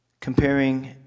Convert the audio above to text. Comparing